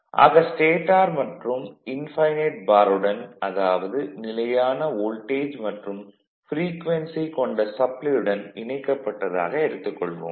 ஆக ஸ்டேடார் மற்றும் infinite bar உடன் அதாவது நிலையான வோல்டேஜ் மற்றும் ப்ரீக்வென்சி கொண்ட சப்ளையுடன் இணைக்கப்பட்டதாக எடுத்துக் கொள்வோம்